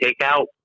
takeout